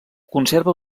conserva